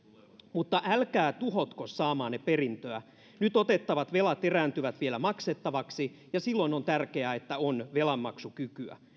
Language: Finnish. mutta älkää tuhotko saamaanne perintöä nyt otettavat velat erääntyvät vielä maksettavaksi ja silloin on tärkeää että on velanmaksukykyä